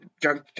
drunk